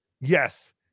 Yes